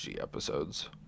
episodes